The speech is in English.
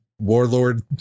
warlord